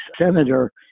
Senator